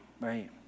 right